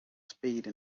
spade